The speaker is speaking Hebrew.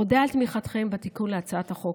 אודה על תמיכתכם בתיקון בהצעת החוק.